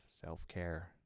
self-care